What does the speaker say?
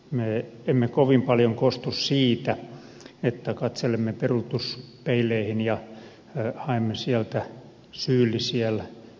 me emme kovin paljon kostu siitä että katselemme peruutuspeileihin ja haemme sieltä syyllisiä